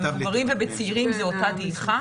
במבוגרים ובצעירים זה אותה דעיכה.